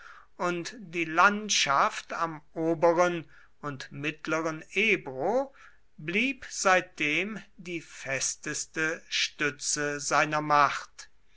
und die landschaft am oberen und mittleren ebro blieb seitdem die festeste stütze seiner macht